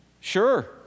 Sure